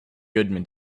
goodman